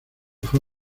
fue